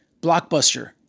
blockbuster